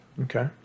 Okay